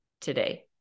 today